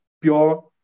Pure